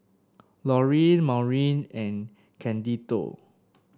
Laurine Maurine and Candido